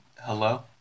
hello